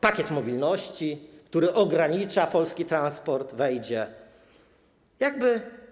Pakiet mobilności, który ogranicza polski transport, wejdzie w życie.